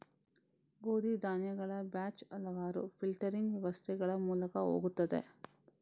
ಗೋಧಿ ಧಾನ್ಯಗಳ ಬ್ಯಾಚ್ ಹಲವಾರು ಫಿಲ್ಟರಿಂಗ್ ವ್ಯವಸ್ಥೆಗಳ ಮೂಲಕ ಹೋಗುತ್ತದೆ